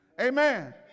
Amen